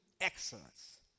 excellence